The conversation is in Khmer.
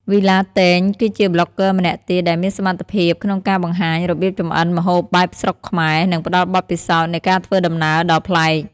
វីឡាតេង គឺជាប្លុកហ្គើម្នាក់ទៀតដែលមានសមត្ថភាពក្នុងការបង្ហាញរបៀបចម្អិនម្ហូបបែបស្រុកខ្មែរ និងផ្តល់បទពិសោធន៍នៃការធ្វើដំណើរដ៏ប្លែក។